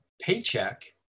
paycheck